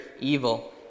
evil